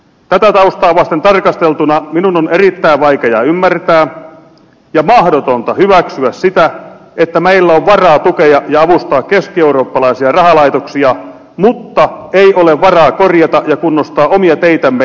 tätä taustaa vasten tarkasteltuna minun on erittäin vaikea ymmärtää ja mahdotonta hyväksyä sitä että meillä on varaa tukea ja avustaa keskieurooppalaisia rahalaitoksia mutta ei ole varaa korjata ja kunnostaa omia teitämme liikenneturvalliseen kuntoon